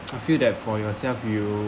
I feel that for yourself you